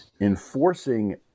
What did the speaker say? enforcing